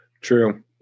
True